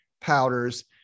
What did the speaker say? powders